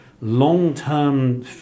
long-term